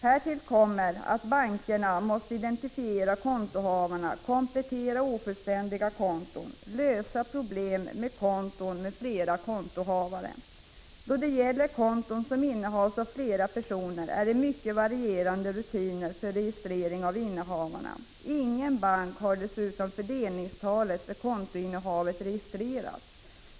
Härtill kommer att identifiera kontohavanden, komplettera ofullständiga konton, lösa problemen med konton med flera kontohavare. Då det gäller konton som innehas av flera personer har bankerna mycket varierande rutiner för registrering av innehavarna. Ingen bank har dessutom fördelningstalet för kontoinnehavet registrerat.